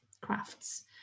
crafts